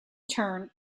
turn